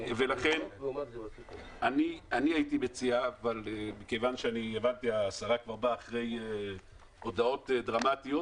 לכן אני הייתי מציע אבל כיוון שהשרה באה אחרי הודעות דרמטיות